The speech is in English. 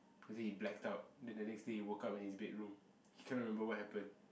he say he blacked out then the next day he woke up in his bedroom he cannot remember what happen